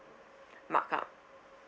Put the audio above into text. mark ah